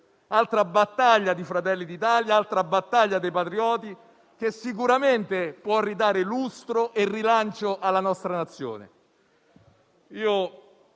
altra battaglia di Fratelli d'Italia e dei patrioti che sicuramente può ridare lustro e rilancio alla nostra Nazione.